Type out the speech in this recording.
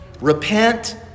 Repent